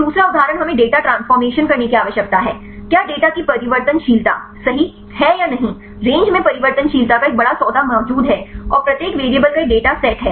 फिर दूसरा उदाहरण हमें डेटा ट्रांसफॉर्मेशन करने की आवश्यकता है क्या डेटा की परिवर्तनशीलता सही है या नहीं रेंज में परिवर्तनशीलता का एक बड़ा सौदा मौजूद है और प्रत्येक वेरिएबल का डेटा सेट है